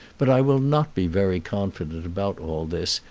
but i will not be very confident about all this,